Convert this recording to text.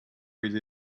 with